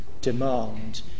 demand